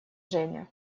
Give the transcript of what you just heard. женя